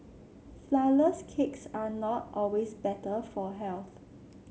flourless cakes are not always better for health